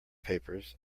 papers